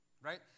right